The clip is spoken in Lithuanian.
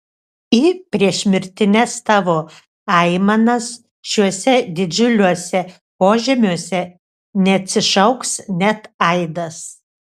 į priešmirtines tavo aimanas šiuose didžiuliuose požemiuose neatsišauks net aidas